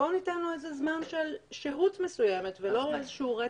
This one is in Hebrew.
בואו ניתן לו זמן של שהות מסוימת ולא איזשהו רצף.